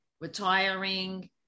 retiring